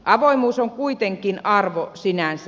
avoimuus on kuitenkin arvo sinänsä